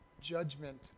judgment